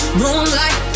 moonlight